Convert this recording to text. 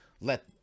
let